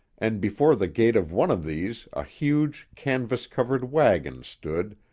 and before the gate of one of these a huge, canvas-covered wagon stood,